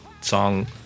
song